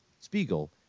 Spiegel